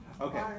Okay